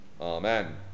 Amen